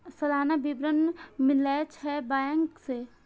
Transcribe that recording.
सलाना विवरण मिलै छै बैंक से?